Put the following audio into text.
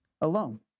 alone